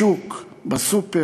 בשוק, בסופר,